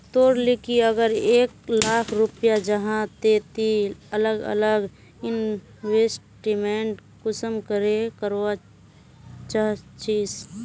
तोर लिकी अगर एक लाख रुपया जाहा ते ती अलग अलग इन्वेस्टमेंट कुंसम करे करवा चाहचिस?